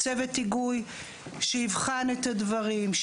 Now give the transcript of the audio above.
צוות היגוי שיבחן את הדברים,